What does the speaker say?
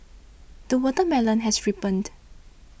the watermelon has ripened